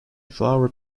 flower